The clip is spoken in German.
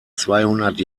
zweihundert